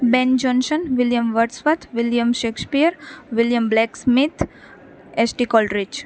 બેન Jonson William Wordsworth William Shakespeare William Blake Smith S T Coleridge